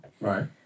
Right